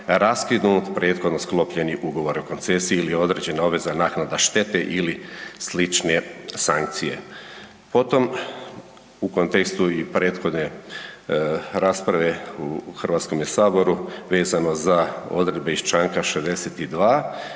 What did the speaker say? raskinut prethodno sklopljeni ugovor o koncesiji ili određena obveza naknada štete ili slične sankcije; potom u kontekstu i prethodne rasprave u HS-u vezano za odredbe iz čl. 62.,